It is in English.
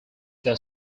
that